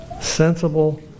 Sensible